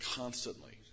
constantly